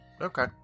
Okay